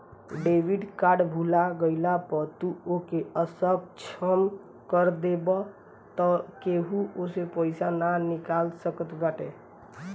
debit card भूला गईला पअ तू ओके असक्षम कर देबाअ तअ केहू ओसे पईसा ना निकाल सकत बाटे